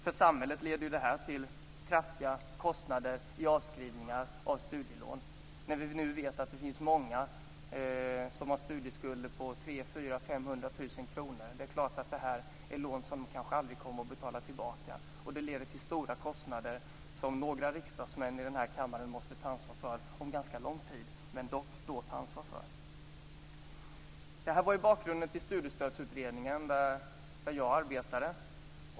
För samhället leder det här till kraftiga kostnader för avskrivningar av studielån. Vi vet att det finns många som har studieskulder på 300 000-500 000 kr. Det är klart att det är lån som de kanske aldrig kommer att betala tillbaka. Det leder till stora kostnader som några riksdagsmän i den här kammaren måste ta ansvar för under en ganska lång tid - men dock ta ansvar för. Det här var bakgrunden till Studiestödsutredningen där jag arbetade.